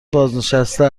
بازنشسته